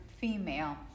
female